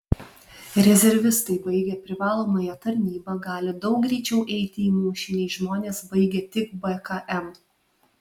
rezervistai baigę privalomąją tarnybą gali daug greičiau eiti į mūšį nei žmonės baigę tik bkm